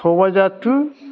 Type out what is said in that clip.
सबायझार two